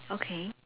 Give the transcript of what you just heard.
okay